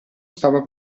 stava